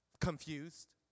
confused